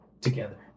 Together